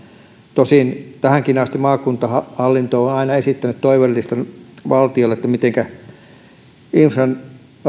tosin tähänkin asti maakuntahallinto on on aina esittänyt toivelistan valtiolle että miten infran